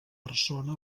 persona